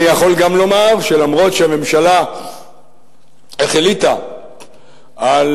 אני יכול גם לומר שאף-על-פי שהממשלה החליטה על